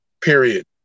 Period